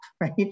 Right